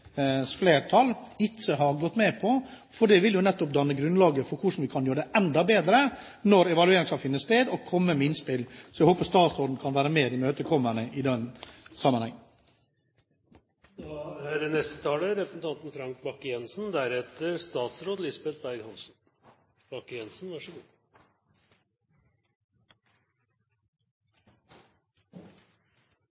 ikke har gått med på dette, for det vil jo danne grunnlaget for hvordan vi kan gjøre det enda bedre og komme med innspill når evalueringen skal finne sted. Så jeg håper statsråden kan være mer imøtekommende i den sammenheng. Det er